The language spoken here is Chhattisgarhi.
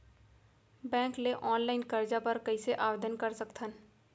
बैंक ले ऑनलाइन करजा बर कइसे आवेदन कर सकथन?